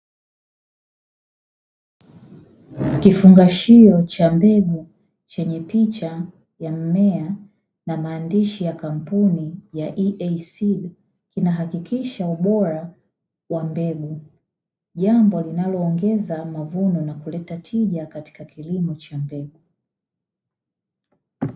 Kifungashio cha mbegu chenye picha ya mmea na maandishi ya kampuni ya ''EA SEED'', inahakikisha ubora wa mbegu jambo linaloongeza mavuno na kuleta tija katika kilimo cha mbegu.